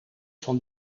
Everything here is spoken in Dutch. van